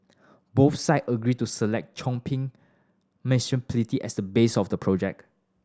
both side agreed to select Chongping Municipality as the base of the project